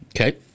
Okay